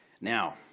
Now